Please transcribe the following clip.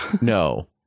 No